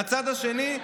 מהצד השני,